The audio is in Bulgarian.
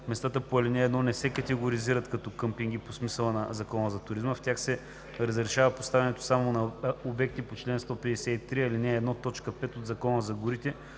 Местата по ал. 1 не се категоризират като къмпинги по смисъла на Закона за туризма. В тях се разрешава поставянето само на обекти по чл. 153, ал. 1, т. 5 от Закона за горите